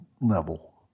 level